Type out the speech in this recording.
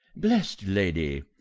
bless'd lady,